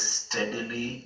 steadily